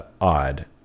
odd